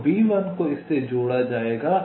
तो B1 को इस से जोड़ा जाएगा इसे इस से जोड़ा जाएगा